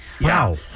Wow